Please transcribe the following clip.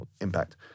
impact